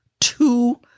two